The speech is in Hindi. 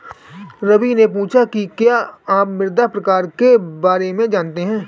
रवि ने पूछा कि क्या आप मृदा प्रकार के बारे में जानते है?